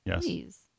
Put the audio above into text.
Yes